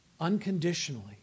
unconditionally